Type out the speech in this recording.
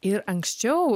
ir anksčiau